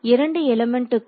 இரண்டு எலிமெண்டுக்கும்